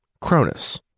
Cronus